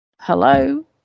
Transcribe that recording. Hello